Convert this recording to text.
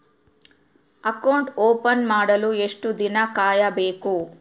Account open ಮಾಡಲು ಎಷ್ಟು ದಿನ ಕಾಯಬೇಕು?